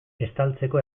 estaltzeko